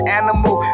animal